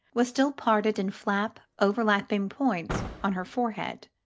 was still parted in flat overlapping points on her forehead,